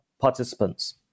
participants